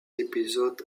épisode